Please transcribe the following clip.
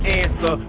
answer